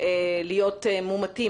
להיות מומתים,